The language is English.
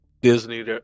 Disney